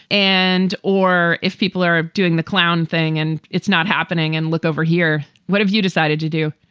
and or if people are doing the clown thing and it's not happening and look over here, what have you decided to do?